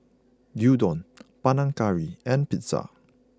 Gyudon Panang Curry and Pizza